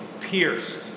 pierced